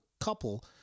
couple